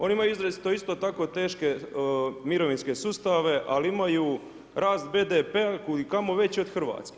Oni imaju izrazito isto tako teške mirovinske sustave, ali imaju rast BDP-a kud i kamo veći od Hrvatske.